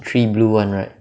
three blue [one] right